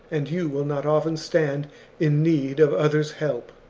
and you will not often stand in need of others' help.